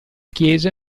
chiesa